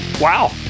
Wow